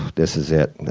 this is it.